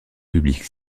publique